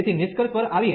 તેથી નિષ્કર્ષ પર આવીએ